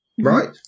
right